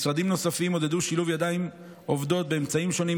משרדים נוספים עודדו שילוב ידיים עובדות באמצעים שונים,